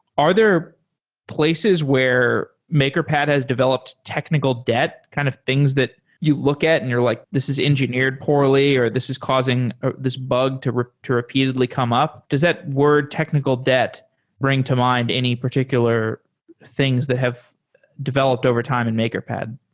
are there places where makerpad has developed technical debt? kind of things that you look at and you're like, this is engineered poorly, or this is causing this bug to to repeatedly come up. does that word technical debt bring to mind any particular things that have developed overtime in makerpad?